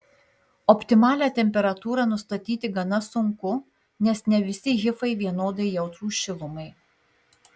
optimalią temperatūrą nustatyti gana sunku nes ne visi hifai vienodai jautrūs šilumai